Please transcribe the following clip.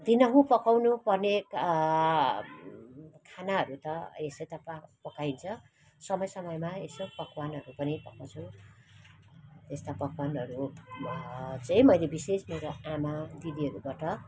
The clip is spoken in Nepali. दिन्हुँ पकाउनु पर्ने खानाहरू त यसै त पकाइन्छ समय समयमा यसो पकवानहरू पनि पकाउँछु यस्ता पकवानहरू चाहिँ मैले विशेष मेरो आमा दिदीहरूबाट